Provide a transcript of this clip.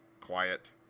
quiet